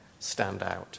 standout